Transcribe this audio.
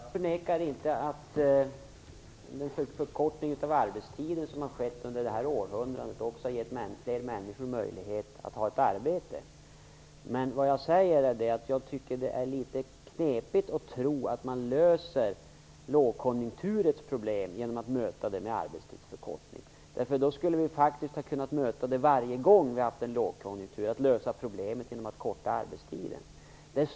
Fru talman! Jag förnekar inte att den förkortning av arbetstiden som har skett under vårt århundrade också har givit fler människor möjlighet att ha ett arbete, men jag tycker att det är fel att tro att man löser lågkonjunkturproblemen med en arbetstidsförkortning. I så fall skulle vi ha kunnat lösa de problemen med en arbetstidsförkortning varje gång som vi har haft en lågkonjunktur.